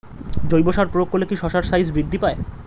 জৈব সার প্রয়োগ করলে কি শশার সাইজ বৃদ্ধি পায়?